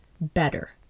better